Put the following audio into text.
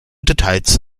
details